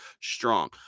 strong